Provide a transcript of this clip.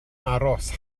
aros